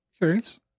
Curious